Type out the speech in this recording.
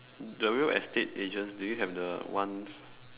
the real estate agents do you have the ones